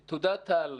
תודה, טל.